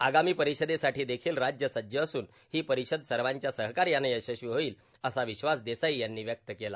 आगामी परिषदेसाठीदेखील राज्य सज्ज असून ही परिषद सर्वांच्या सहकार्यानं यशस्वी होईल असा विश्वास देसाई यांनी व्यक्त केला